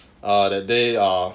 err that day err